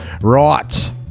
Right